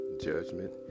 judgment